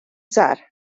żgħar